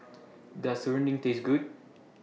Does Serunding Taste Good